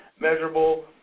measurable